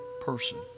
person